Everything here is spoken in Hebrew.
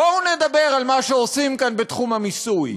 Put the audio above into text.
בואו נדבר על מה שעושים כאן בתחום המיסוי.